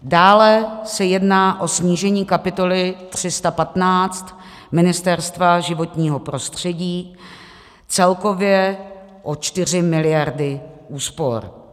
Dále se jedná o snížení kapitoly 315 Ministerstva životního prostředí, celkově o 4 mld. úspor.